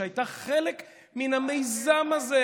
שהייתה חלק מן המיזם הזה,